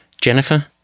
Jennifer